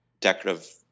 decorative